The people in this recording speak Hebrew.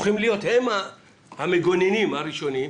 הופכים להיות המגוננים הראשונים,